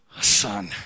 son